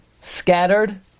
scattered